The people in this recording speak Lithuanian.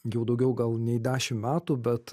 jau daugiau nei dešim metų bet